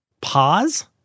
Pause